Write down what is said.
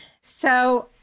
So-